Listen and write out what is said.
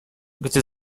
gdy